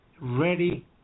ready